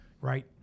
right